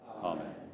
Amen